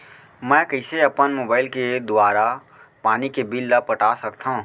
मैं कइसे अपन मोबाइल के दुवारा पानी के बिल ल पटा सकथव?